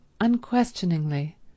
unquestioningly